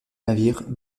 navires